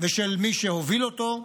ושל מי שהוביל אותו.